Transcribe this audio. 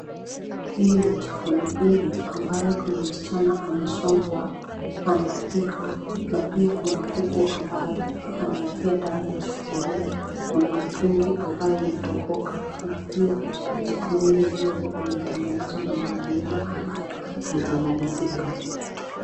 Hii ni jikoni duni ambayo kuna msichana amesongwa anapika na pia kuna kuku ambaye anaingia ndani ya sufuria. Kuna mitungi ambayo imetoboka na pia jikoni yenyewe imetengenezwa na magunia ambayo haijamalizika.